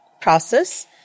process